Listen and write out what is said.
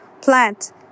plant